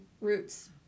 Roots